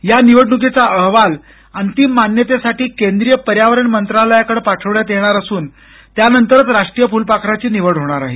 या निवडण्कीचा अहवाल अंतिम मान्यतेसाठी केंद्रीय पर्यावरण मंत्रालयाकडे पाठवण्यात येणार असून त्यानंतरच राष्ट्रीय फुलपाखराची निवड होणार आहे